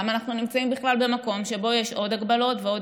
למה אנחנו נמצאים בכלל במקום שבו יש עוד הגבלות ועוד